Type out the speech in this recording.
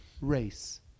race